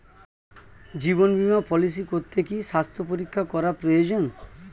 জীবন বীমা পলিসি করতে কি স্বাস্থ্য পরীক্ষা করা প্রয়োজন?